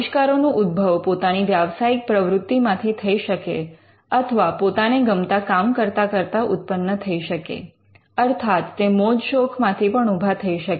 આવિષ્કારોનો ઉદ્ભવ પોતાની વ્યાવસાયિક પ્રવૃત્તિમાંથી થઈ શકે અથવા પોતાને ગમતા કામ કરતા કરતા ઉત્પન્ન થઈ શકે અર્થાત તે મોજશોખમાંથી પણ ઉભા થઇ શકે